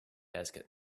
asked